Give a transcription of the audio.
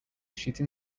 shooting